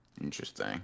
Interesting